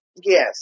Yes